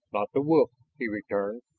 not the wolf, he returned.